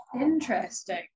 Interesting